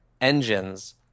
engines